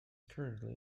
currently